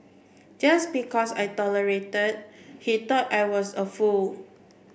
just because I tolerated he thought I was a fool